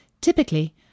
Typically